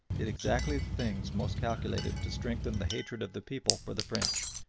did exactly the things most calculated to strengthen the hatred of the people for the french,